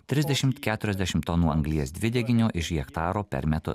trisdešimt keturiasdešimt tonų anglies dvideginio iš hektaro per metus